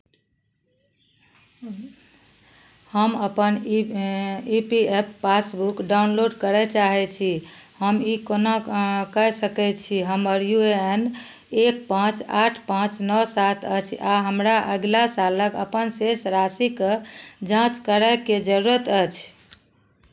हम अपन ई E P F passbook download करय चाहैत छी हम ई कोना कय सकैत छी हमर यू ए एन एक पाँच आठ पाँच नओ सात अछि आ हमरा अगिला सालक अपन शेष राशिक जाँच करयके जरूरत अछि